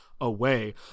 away